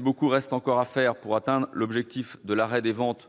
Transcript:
Beaucoup reste encore à faire, certes, pour atteindre l'objectif de l'arrêt des ventes